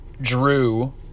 Drew